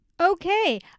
Okay